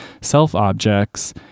self-objects